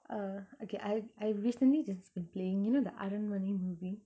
uh okay I I recently just been playing you know the aranmanai movie